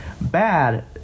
bad